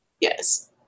Yes